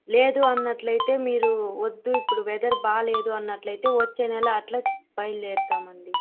లేదు అన్నట్లైతే మీరు వద్దు ఇప్పుడు వెదర్ బాగాలేదు అన్నట్లైతే వచ్చే నెల అట్లా బయలుదేరుతామండి